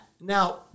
Now